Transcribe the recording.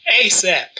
ASAP